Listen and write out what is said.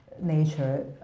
nature